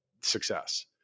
success